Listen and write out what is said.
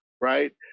Right